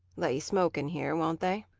let you smoke in here, won't they?